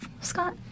Scott